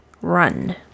Run